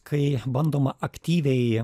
kai bandoma aktyviai